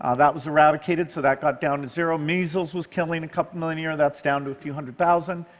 ah that was eradicated, so that got down to zero. measles was killing a couple million a year. that's down to a few hundred thousand.